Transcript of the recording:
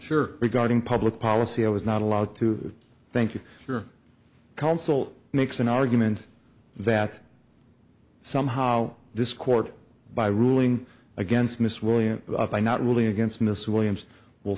sure regarding public policy i was not allowed to thank you for your counsel makes an argument that somehow this court by ruling against miss williams by not really against mr williams will